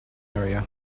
area